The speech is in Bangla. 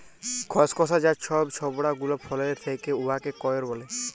খসখসা যা ছব ছবড়া গুলা ফলের থ্যাকে উয়াকে কইর ব্যলে